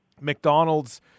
McDonald's